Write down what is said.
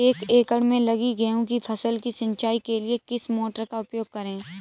एक एकड़ में लगी गेहूँ की फसल की सिंचाई के लिए किस मोटर का उपयोग करें?